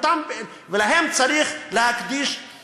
ולהם צריך להקדיש את האשראי,